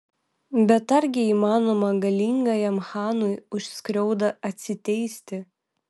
bet argi įmanoma galingajam chanui už skriaudą atsiteisti